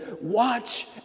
Watch